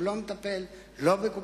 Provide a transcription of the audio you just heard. הוא לא מטפל, לא בקופות-החולים,